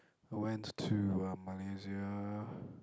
I went to um Malaysia